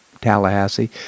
Tallahassee